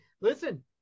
listen